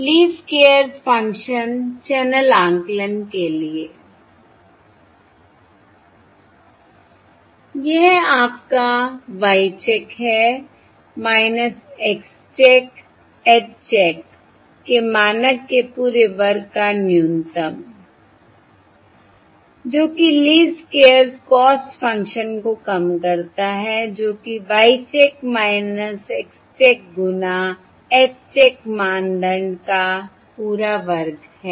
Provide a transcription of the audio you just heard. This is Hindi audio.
लीस्ट स्क्वेयर्स फंक्शन चैनल आकलन के लिए I वह आपका Y check X check H check के मानक के पूरे वर्ग का न्यूनतम है जो कि लीस्ट स्क्वेयर्स कॉस्ट फंक्शन को कम करता है जो कि Y चेक X चेक गुना H चेक मानदंड का पूरा वर्ग है